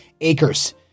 acres